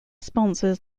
sponsors